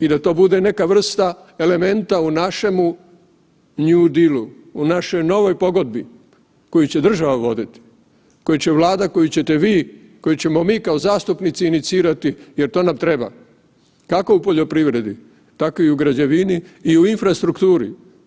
i da to bude neka vrsta elementa u našemu new dilu, u našoj novoj pogodbi koju će država voditi, koju će Vlada, koju ćete vi, koju ćemo mi kao zastupnici inicirati jer to nam treba, kako u poljoprivredi, tako i u građevini i u infrastrukturi.